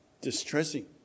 distressing